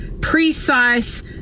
precise